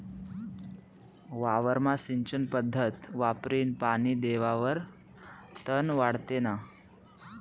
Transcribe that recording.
वावरमा सिंचन पध्दत वापरीन पानी देवावर तन वाढत नै